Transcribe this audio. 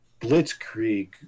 Blitzkrieg